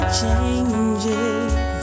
changes